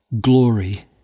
glory